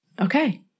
okay